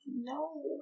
No